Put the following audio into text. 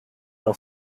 par